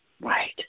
Right